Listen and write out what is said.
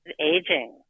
aging